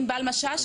עינבל משש,